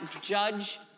judge